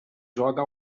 joga